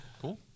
cool